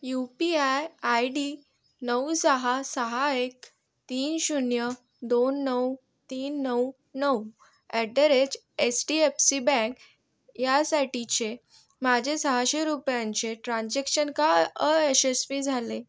you P I I D नऊ सहा सहा एक तीन शून्य दोन नऊ तीन नऊ नऊ at the rate S D F C bank यासाठीचे माझे सहाशे रुपयांचे ट्रान्झॅक्शन का अयशस्वी झाले